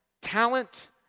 talent